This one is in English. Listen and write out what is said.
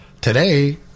today